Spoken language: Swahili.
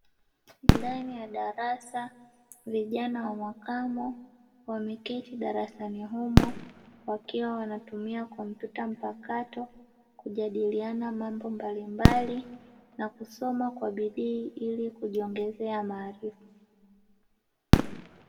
Ndani ya darasa, vijana wa makamo wameketi darasani humo wakiwa wanatumia kompyuta mpakato kujadiliana mambo mbalimbali na kusoma kwa bidii ili kujiongezea maarifa.